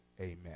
Amen